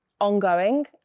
ongoing